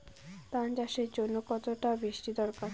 ধান চাষের জন্য কতটা বৃষ্টির দরকার?